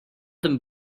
them